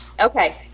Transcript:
Okay